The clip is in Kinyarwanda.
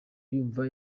yumva